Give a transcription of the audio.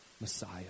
Messiah